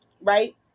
right